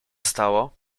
stało